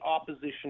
opposition